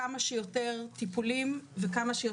וכמה שיותר מהר,